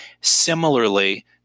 Similarly